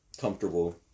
comfortable